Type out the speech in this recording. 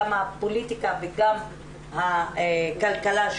גם מהפוליטיקה וגם מהכלכלה,